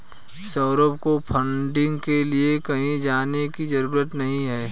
सौरभ को फंडिंग के लिए कहीं जाने की जरूरत नहीं है